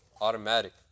automatic